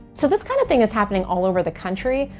so this kind of thing is happening all over the country,